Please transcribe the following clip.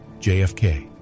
JFK